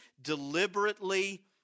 deliberately